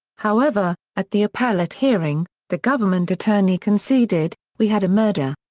however, at the appellate hearing, the government attorney conceded, we had a murder.